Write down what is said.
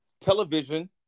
television